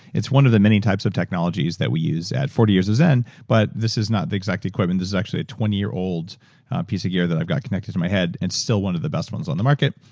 it's one of the many types of technologies that we use at forty years of zen, but this is not the exact equipment. this is actually a twenty year old piece of gear that i've got connected to my head. it's and still one of the best ones on the market.